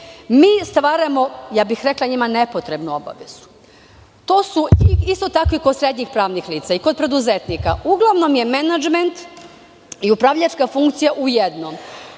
mi stvaramo njima, rekla bih, nepotrebnu obavezu. Isto tako je i kod srednjih pravnih lica i kod preduzetnika. Uglavnom je menadžment i upravljačka funkcija u jednom.